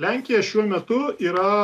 lenkija šiuo metu yra